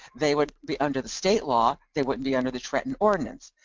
they would be under the state law, they wouldn't be under the trenton ordinance.